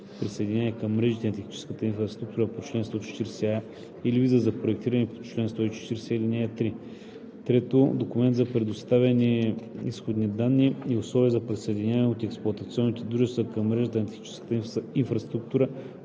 присъединяване към мрежите на техническата инфраструктура по чл. 140а или виза за проектиране по чл. 140, ал. 3; 3. документ с предоставени изходни данни и условия за присъединяване от експлоатационните дружества към мрежите на техническата инфраструктура